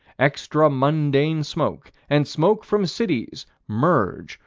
extra-mundane smoke and smoke from cities merge,